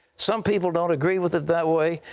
some people don't agree with it that way.